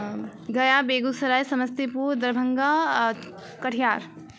गया बेगूसराय समस्तीपुर दरभंगा आ कटिहार